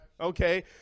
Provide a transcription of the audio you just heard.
okay